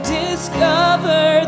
discover